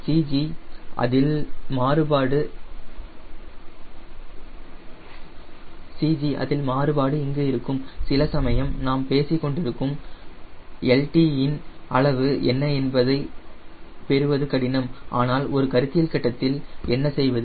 CG அதில் மாறுபாடு இங்கு இருக்கும் சில சமயம் நாம் பேசிக்கொண்டிருக்கும் lt இன் அளவு என்ன என்பதை பெறுவது கடினம் ஆனால் ஒரு கருத்தியல் கட்டத்தில் நாம் என்ன செய்வது